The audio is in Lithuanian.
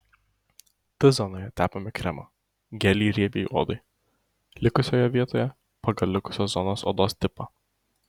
t zonoje tepame kremą gelį riebiai odai likusioje vietoje pagal likusios zonos odos tipą